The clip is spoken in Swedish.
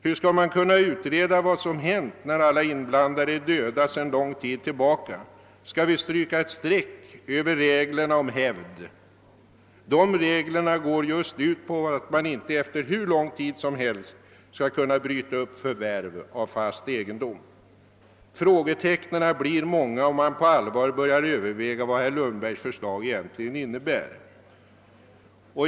Hur skall man kunna utreda vad som hänt när andra inblandade är döda sedan lång tid tillbaka? Skall vi stryka ett streck över reglerna om hävd? Dessa regler går just ut på att man inte efter hur lång tid som helst skall kunna bryta upp förvärv av fast egendom. Frågetecknen blir många, om man på allvar börjar överväga vad herr Lundbergs förslag egentligen innebär.